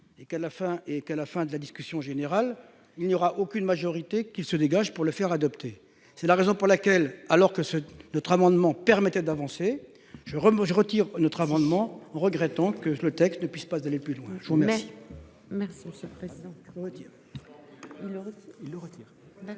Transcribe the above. et qu'à la fin de la discussion générale, il n'y aura aucune majorité qui se dégage pour le faire adopter. C'est la raison pour laquelle, alors que ce notre amendement permettait d'avancer je remets, je retire notre amendement, regrettant que ce texte ne puissent pas aller plus loin, je vous remercie.